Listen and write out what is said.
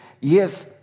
yes